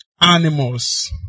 Animals